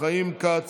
חיים כץ,